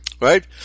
right